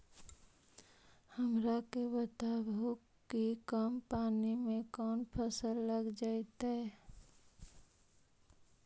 हमरा के बताहु कि कम पानी में कौन फसल लग जैतइ?